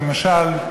למשל,